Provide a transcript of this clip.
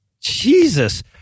Jesus